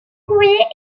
courrier